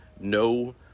no